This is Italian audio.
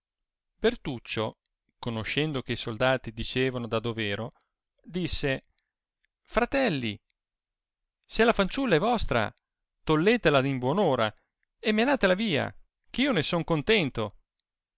ritrovata bertuccio conoscendo che i soldati dicevano da dovero disse fratelli se la fanciulla è vostra touetela in buon ora e menatela via che io ne sono contento